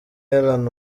elan